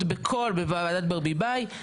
ההמלצות בוועדת ברביבאי,